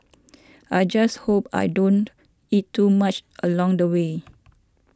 I just hope I don't eat too much along the way